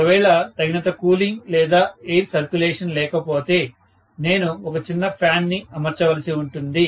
ఒకవేళ తగినంత కూలింగ్ లేదా ఎయిర్ సర్కులేషన్ లేకపోతే నేను ఒక చిన్న ఫ్యాన్ ని అమర్చవలసి ఉంటుంది